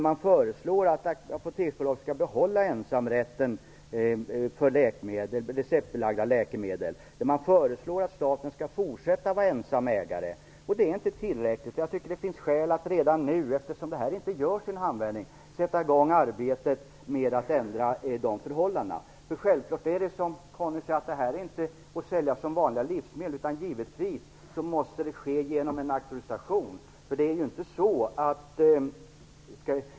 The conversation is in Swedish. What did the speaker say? Man föreslår att Apoteksbolaget skall behålla ensamrätten för receptbelagda läkemedel och att staten skall fortsätta att vara ensam ägare. Det är inte tillräckligt. Jag tycker att det finns skäl att redan nu, eftersom detta inte görs i en handvändning, sätta i gång arbetet med att ändra de förhållandena. Det är självklart, som Conny Öhman säger, att dessa varor inte får säljas som vanliga livsmedel, utan det måste givetvis ske genom en auktorisation.